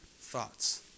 thoughts